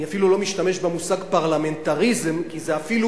אני אפילו לא משתמש במושג "פרלמנטריזם" כי אפילו